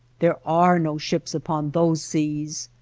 there are no ships upon those seas,